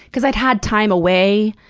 cause i'd had time away,